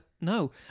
no